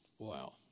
Wow